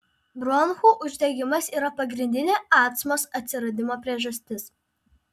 bronchų uždegimas yra pagrindinė astmos atsiradimo priežastis